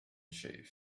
shave